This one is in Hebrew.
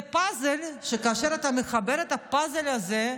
זה פאזל, שכאשר אתה מחבר את הפאזל הזה,